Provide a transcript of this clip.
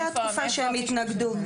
אני הבנתי שהיתה תקופה שהם התנגדו.